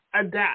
adapt